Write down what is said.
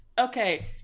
Okay